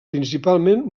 principalment